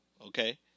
Okay